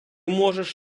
можеш